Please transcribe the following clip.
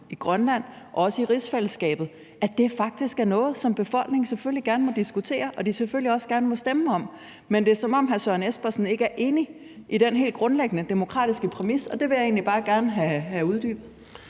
i Grønland og også i rigsfællesskabet, at det faktisk er noget, som befolkningen selvfølgelig gerne må diskutere, og som de selvfølgelig også gerne må stemme om. Men det er, som om hr. Søren Espersen ikke er enig i den helt grundlæggende demokratiske præmis, og det vil jeg egentlig bare gerne have uddybet.